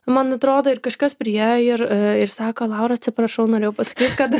man atrodo ir kažkas priėjo ir ir sako laura atsiprašau norėjau pasakyt kad